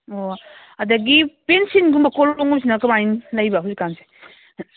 ꯑꯣ ꯑꯗꯒꯤ ꯄꯦꯟꯁꯤꯜꯒꯨꯝꯕ ꯀꯣꯂꯣꯝꯒꯨꯝꯕꯁꯤꯅ ꯀꯃꯥꯏ ꯂꯩꯕ ꯍꯧꯖꯤꯛꯀꯥꯟꯁꯦ